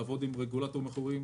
לעבוד עם רגולטורים אחרים,